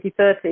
2030